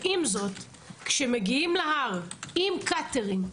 כשמגיעים להר עם קאטרים,